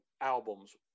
albums